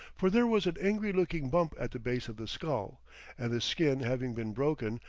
for there was an angry looking bump at the base of the skull and, the skin having been broken,